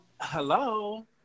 Hello